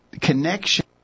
connection